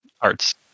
Arts